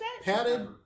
padded